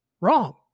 wrong